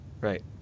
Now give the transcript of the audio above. Right